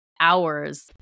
hours